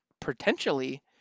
potentially